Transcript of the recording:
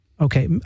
Okay